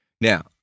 Now